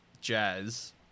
jazz